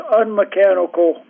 unmechanical